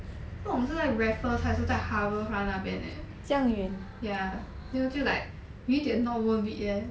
不懂是在 raffles 还是在 harbourfront 那边 leh ya 就就 like 有一点 not worth it leh